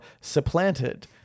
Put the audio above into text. supplanted